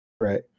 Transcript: Right